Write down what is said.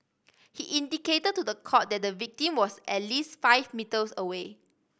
he indicated to the court that the victim was at least five metres away